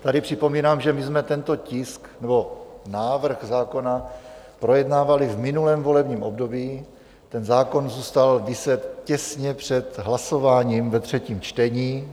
Tady připomínám, že jsme tento tisk nebo návrh zákona projednávali v minulém volebním období, ten zákon zůstal viset těsně před hlasováním ve třetím čtení.